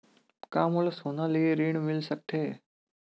का मोला सोना ले ऋण मिल सकथे?